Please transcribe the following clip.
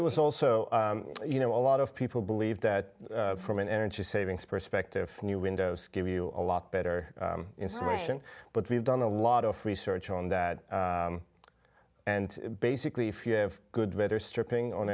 it was also you know a lot of people believe that from an energy savings perspective new windows give you a lot better insulation but we've done a lot of research on that and basically if you have good weather stripping on